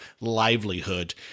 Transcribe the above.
livelihood